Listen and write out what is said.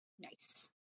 Nice